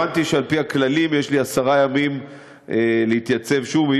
הבנתי שעל-פי הכללים יש לי עשרה ימים להתייצב שוב,